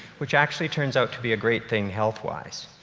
which actually turns out to be a great thing healthwise.